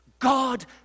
God